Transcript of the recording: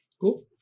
Cool